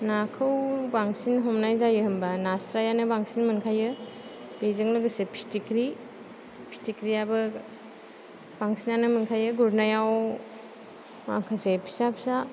नाखौ बांसिन हमनाय जायो होनबा नास्रायानो बांसिन मोनखायो बेजों लोगोसे फिथिख्रि फिथिख्रियाबो बांसिनानो मोनखायो गुरनायाव माखासे फिसा फिसा